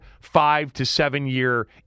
five-to-seven-year